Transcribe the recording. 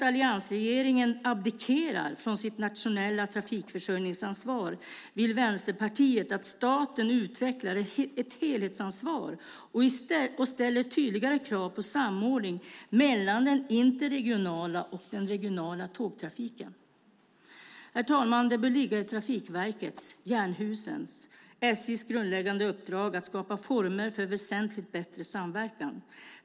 Vänsterpartiet vill att staten utvecklar ett helhetsansvar och ställer tydligare krav på samordning mellan den interregionala och den regionala tågtrafiken i stället för att alliansregeringen abdikerar från sitt nationella trafikförsörjningsansvar. Det bör ligga i Trafikverkets, Jernhusens och SJ:s grundläggande uppdrag att skapa former för väsentligt bättre samverkan.